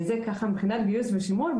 זה מבחינת גיוס ושימור.